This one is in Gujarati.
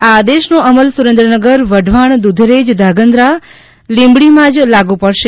આ આદેશનો અમલ સુરેન્દ્રનગર વઢવાણ દૂધરેજ ધ્રાંગધ્રા અને લીંબડીમાં જ લાગુ પડશે